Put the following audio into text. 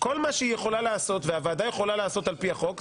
כל מה שהיא יכולה לעשות והוועדה יכולה לעשות על פי החוק,